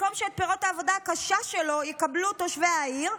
במקום שאת פירות העבודה הקשה שלו יקבלו תושבי העיר,